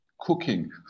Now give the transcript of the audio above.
Cooking